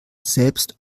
selbst